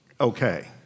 okay